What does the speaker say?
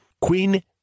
Queen